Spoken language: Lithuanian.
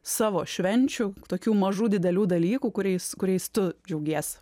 savo švenčių tokių mažų didelių dalykų kuriais kuriais tu džiaugiesi